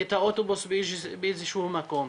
את האוטובוס באיזה שהוא מקום.